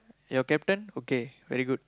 your captain okay very good